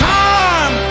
time